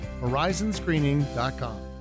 Horizonscreening.com